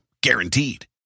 Guaranteed